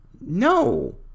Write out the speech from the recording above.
No